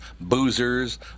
Boozers